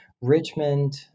Richmond